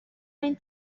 این